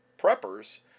preppers